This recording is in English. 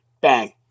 Bang